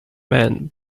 man